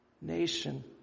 Nation